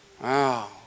Wow